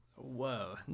Whoa